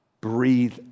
breathe